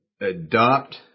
Adopt